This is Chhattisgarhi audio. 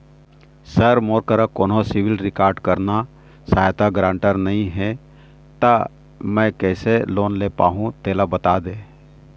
सर मोर करा कोन्हो सिविल रिकॉर्ड करना सहायता गारंटर नई हे ता मे किसे लोन ले पाहुं तेला बता दे